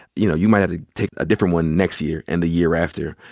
you know, you might have to take a different one next year, and the year after.